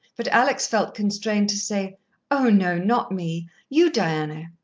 but alex felt constrained to say oh, no, not me you, diana.